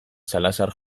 salazar